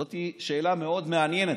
זאת שאלה מאוד מעניינת.